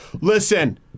listen